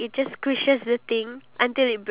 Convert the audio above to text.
iya me too